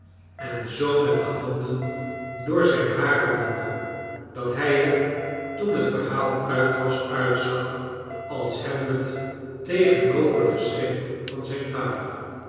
en zoo met de handen door zijn haren woelde dat hij er toen het verhaal uit was uitzag als hamlet tegenover de schim van zijn vader